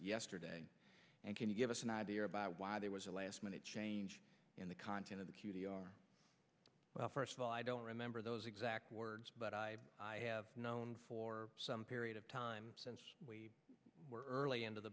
yesterday and can you give us an idea about why there was a last minute change in the content of the q t r well first of all i don't remember those exact words but i have known for some period of time since we're early into the